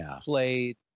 played